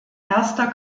erster